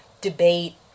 debate